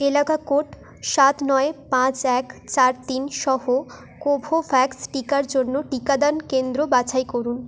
এলাকা কোড সাত নয় পাঁচ এক চার তিনসহ কোভোভ্যাক্স টিকার জন্য টিকাদান কেন্দ্র বাছাই করুন